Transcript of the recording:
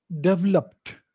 developed